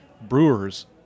brewers